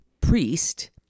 priest